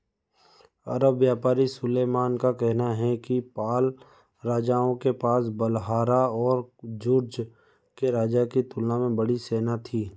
अरब व्यापारी सुलेमान का कहना है कि पाल राजाओं के पास बलहारा और जुर्ज़ के राजा की तुलना में बड़ी सेना थी